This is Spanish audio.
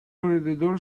alrededor